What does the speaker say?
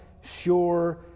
sure